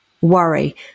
worry